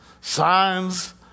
Signs